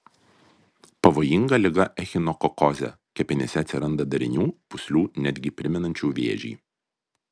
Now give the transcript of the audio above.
pavojinga liga echinokokozė kepenyse atsiranda darinių pūslių netgi primenančių vėžį